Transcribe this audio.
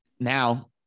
Now